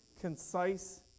concise